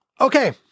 Okay